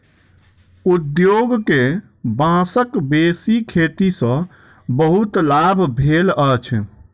उद्योग के बांसक बेसी खेती सॅ बहुत लाभ भेल अछि